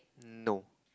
no